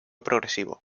progresivo